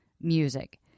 music